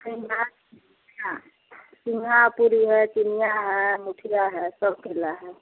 कोई मा हाँ सिंहापुरी है चिनिया है मिथिला है सब केला है